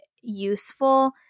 useful